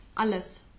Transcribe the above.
Alles